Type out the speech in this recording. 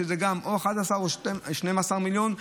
שזה גם 11 או 12 מיליונים.